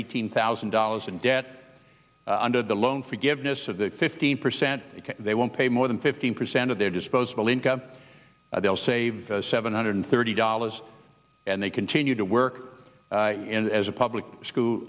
eighteen thousand dollars in debt under the loan forgiveness of the fifteen percent they won't pay more than fifteen percent of their disposable income they'll save seven hundred thirty dollars and they continue to work as a public school